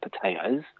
potatoes